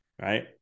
right